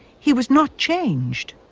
he was not changed.